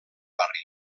barri